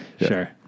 sure